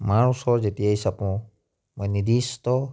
মাৰ ওচৰ যেতিয়াই চাপো মই নিৰ্দিষ্ট